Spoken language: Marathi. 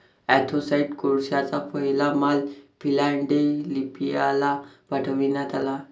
अँथ्रासाइट कोळशाचा पहिला माल फिलाडेल्फियाला पाठविण्यात आला